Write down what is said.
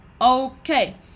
Okay